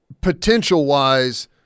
potential-wise